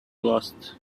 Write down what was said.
lost